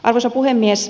arvoisa puhemies